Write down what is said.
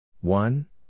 One